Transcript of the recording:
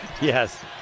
Yes